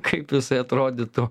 kaip jisai atrodytų